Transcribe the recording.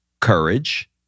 courage